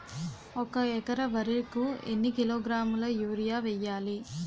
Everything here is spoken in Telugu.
ఒక ఎకర వరి కు ఎన్ని కిలోగ్రాముల యూరియా వెయ్యాలి?